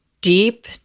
deep